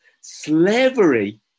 Slavery